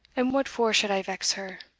and what for should i vex her?